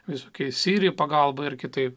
visų teisėjų pagalba ir kitaip